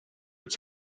its